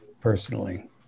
personally